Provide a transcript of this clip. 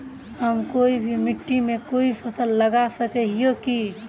हम कोई भी मिट्टी में कोई फसल लगा सके हिये की?